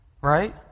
Right